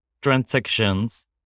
transactions